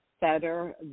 better